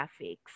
graphics